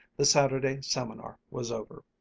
the saturday seminar was over.